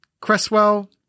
Cresswell